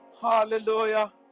hallelujah